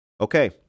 Okay